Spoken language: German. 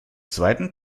zweiten